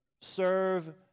serve